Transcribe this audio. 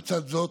לצד זאת,